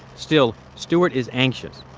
still, stuart is anxious.